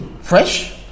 Fresh